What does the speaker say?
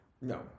No